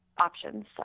options